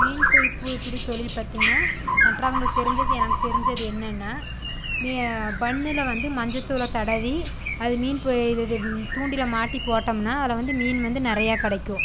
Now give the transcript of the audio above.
மீன் தொழில் பிடி தொழில் பார்த்திங்கன்னா மற்றவங்களுக்கு தெரிஞ்சது எனக்கு தெரிஞ்சது என்னென்னா மியா பன்ணுல வந்து மஞ்சத்தூளை தடவி அது மீன் தூண்டில் மாட்டி போட்டோம்னா அதில் வந்து மீன் வந்து நிறையா கிடைக்கும்